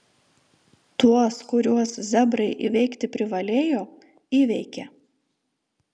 tuos kuriuos zebrai įveikti privalėjo įveikė